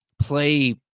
play